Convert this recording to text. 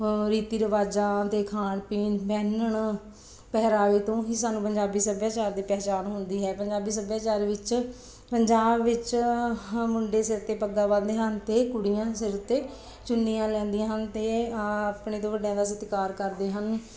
ਰੀਤੀ ਰਿਵਾਜ਼ਾਂ ਅਤੇ ਖਾਣ ਪੀਣ ਪਹਿਨਣ ਪਹਿਰਾਵੇ ਤੋਂ ਹੀ ਸਾਨੂੰ ਪੰਜਾਬੀ ਸੱਭਿਆਚਾਰ ਦੀ ਪਹਿਚਾਣ ਹੁੰਦੀ ਹੈ ਪੰਜਾਬੀ ਸੱਭਿਆਚਾਰ ਵਿੱਚ ਪੰਜਾਬ ਵਿੱਚ ਮੁੰਡੇ ਸਿਰ 'ਤੇ ਪੱਗਾਂ ਬੰਨ੍ਹਦੇ ਹਨ ਅਤੇ ਕੁੜੀਆਂ ਸਿਰ 'ਤੇ ਚੁੰਨੀਆਂ ਲੈਂਦੀਆਂ ਹਨ ਅਤੇ ਆਪਣੇ ਤੋਂ ਵੱਡਿਆਂ ਦਾ ਸਤਿਕਾਰ ਕਰਦੇ ਹਨ